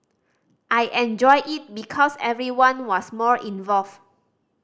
I enjoyed it because everyone was more involved